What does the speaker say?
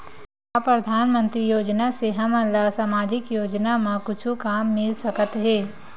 का परधानमंतरी योजना से हमन ला सामजिक योजना मा कुछु काम मिल सकत हे?